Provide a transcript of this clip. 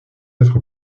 être